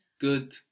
Good